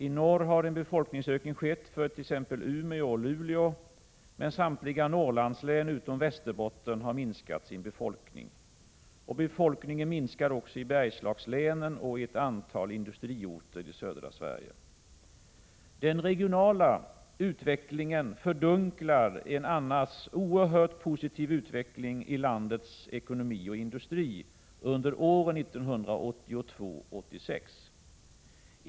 I norr har en befolkningsökning skett för t.ex. Umeå och Luleå. Men i samtliga Norrlandslän utom i Västerbottens län har befolkningen minskat. Befolkningen minskar också i Bergslagslänen och i ett antal industriorter i södra Sverige. Den regionala utvecklingen fördunklar en annars oerhört positiv utveckling i landets ekonomi och industri under åren 1982-1986.